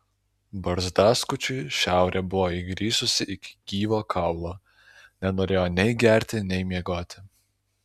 barzdaskučiui šiaurė buvo įgrisusi iki gyvo kaulo nenorėjo nei gerti nei miegoti